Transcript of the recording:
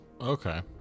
okay